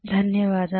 6 అని